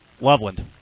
Loveland